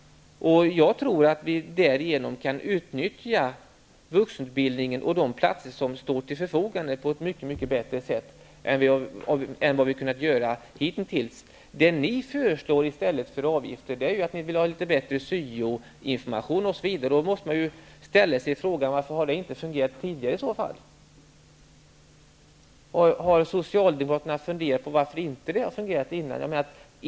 Jag tror att vi därigenom kan utnyttja vuxenutbildningen och de platser som står till förfogande på ett mycket bättre sätt än vi har kunnat göra hitintills. Det ni föreslår i stället för avgifter är litet bättre syo-information. Då måste man ställa sig frågan varför den inte har fungerat tidigare i så fall. Har Socialdemokraterna funderat på varför den inte har fungerat förut?